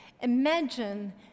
Imagine